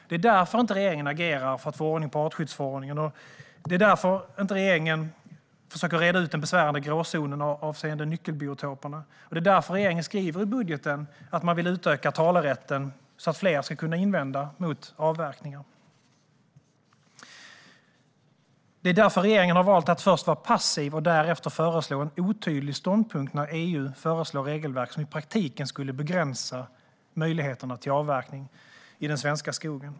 Det är därför regeringen inte agerar för att få ordning på artskyddsförordningen, och det är därför regeringen inte försöker reda ut den besvärande gråzonen avseende nyckelbiotoperna. Det är också därför regeringen skriver i budgeten att man vill utöka talerätten så att fler ska kunna invända mot avverkningen. Det är därför regeringen har valt att först vara passiv och därefter föreslå en otydlig ståndpunkt när EU föreslår regelverk som i praktiken skulle begränsa möjligheterna till avverkning i den svenska skogen.